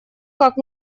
как